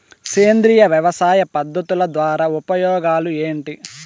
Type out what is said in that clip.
సేంద్రియ వ్యవసాయ పద్ధతుల ద్వారా ఉపయోగాలు ఏంటి?